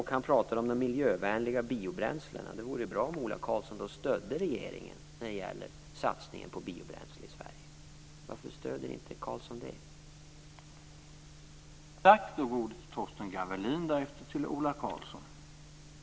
Han pratar om de miljövänliga biobränslena, och då vore det bra om Ola Karlsson stödde regeringen när det gäller satsningen på biobränsle i Sverige. Varför stöder inte Ola Karlsson den satsningen?